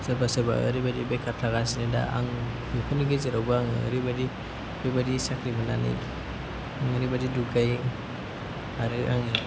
सोरबा सोरबा ओरैबादि बेकार थागासिनो दा आं बेफोरनि गेजेरावबो आङो ओरैबादि बेबादि साख्रि मोन्नानै ओरैबादि दुग्गायो आरो आङो